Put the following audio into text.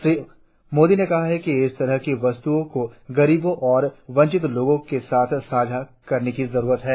श्री मोदी ने कहा कि इस तरह की वस्तुओं को गरीबों और वंचित लोगों के साथ साझा करने की जरुरत है